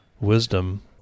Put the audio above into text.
wisdom